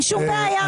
אין שום בעיה.